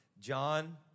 John